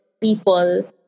people